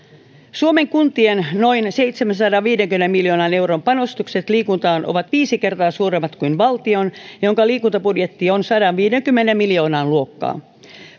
suomen kuntien noin seitsemänsadanviidenkymmenen miljoonan euron panostukset liikuntaan ovat viisi kertaa suuremmat kuin valtion jonka liikuntabudjetti on sadanviidenkymmenen miljoonan luokkaa